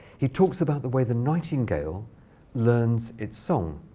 he talks about the way the nightingale learns its song,